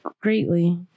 greatly